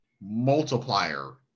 multiplier